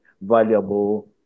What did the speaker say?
valuable